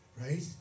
right